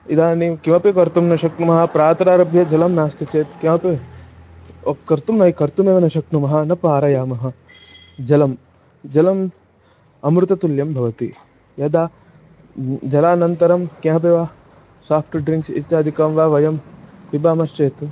इदानीं किमपि कर्तुं न शक्नुमः प्रातरारभ्य जलं नास्ति चेत् किमपि कर्तुं कर्तुमेव न शक्नुमः न पारयामः जलं जलम् अमृततुल्यं भवति यदा जलानन्तरं किमपि वा साफ़्ट् ड्रिन्क्स् इत्यादिकं वा वयं पिबामश्चेत्